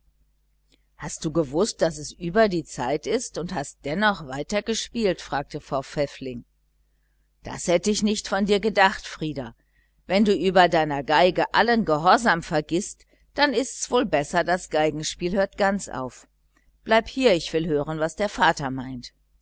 hast du gewußt daß es über die zeit ist und hast dennoch weitergespielt fragte frau pfäffling das hätte ich nicht von dir gedacht frieder wenn du über deiner violine allen gehorsam vergißt dann ist's wohl besser das geigenspiel hört ganz auf bleib hier ich will hören was der vater meint